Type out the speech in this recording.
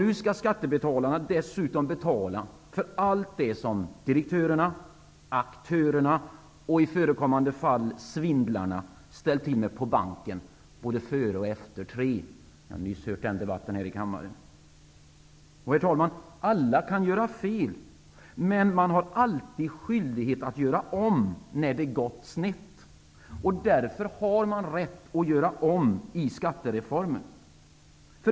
Nu skall skattebetalarna dessutom betala för allt det som direktörerna, aktörerna och i förekommande fall svindlarna ställt till med på banken både före och efter tre. Vi har nyss hört den debatten här i kammaren. Herr talman! Alla kan göra fel, men man har alltid skyldighet att göra om när det gått snett. Därför har man rätt att göra om i skattereformen.